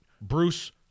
Bruce